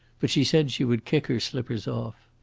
but she said she would kick her slippers off.